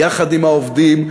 יחד עם העובדים,